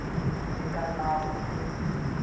Data का होथे?